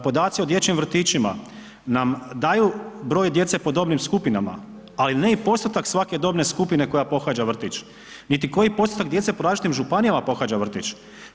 Podaci o dječjim vrtićima nam daju broj djece po dobnim skupinama, ali ne i postotak svake dobne skupine koja pohađa vrtić niti koji postotak djece po različitim županijama pohađa vrtić.